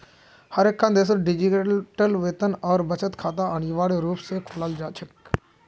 हर एकखन देशत डिजिटल वेतन और बचत खाता अनिवार्य रूप से खोलाल जा छेक